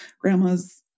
grandmas